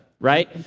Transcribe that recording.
right